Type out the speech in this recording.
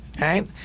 right